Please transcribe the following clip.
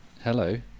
Hello